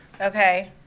Okay